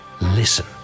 Listen